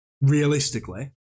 realistically